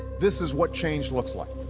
this is what change looks like.